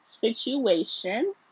situation